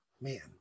man